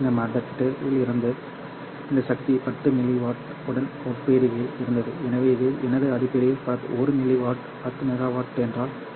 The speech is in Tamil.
இந்த மட்டத்தில் இருந்தது சரி இந்த சக்தி 10 மில்லி வாட் உடன் ஒப்பிடுகையில் இருந்தது எனவே இது எனது அடிப்படை 1 மில்லி வாட் 10 மெகாவாட் என்றால் 1 எம்